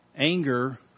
Anger